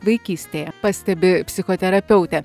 vaikystėje pastebi psichoterapeutė